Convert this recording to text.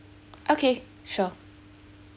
okay sure